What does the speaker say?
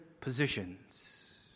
positions